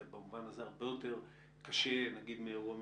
זה במובן הזה הרבה יותר קשה מאירוע מלחמתי.